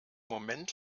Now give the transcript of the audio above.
moment